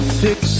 fix